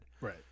Right